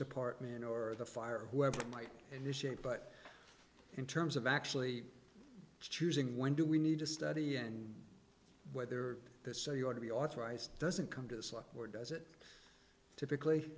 department or the fire whoever might initiate but in terms of actually choosing when do we need to study and whether this so you want to be authorized doesn't come to us like where does it typically